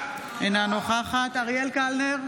אינה נוכחת אריאל קלנר,